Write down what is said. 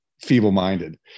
feeble-minded